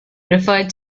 referred